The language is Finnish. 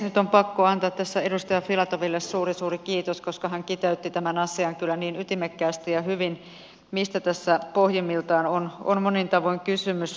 nyt on pakko antaa tässä edustaja filatoville suuri suuri kiitos koska hän kiteytti tämän asian kyllä niin ytimekkäästi ja hyvin sen mistä tässä pohjimmiltaan on monin tavoin kysymys